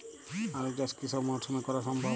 আলু চাষ কি সব মরশুমে করা সম্ভব?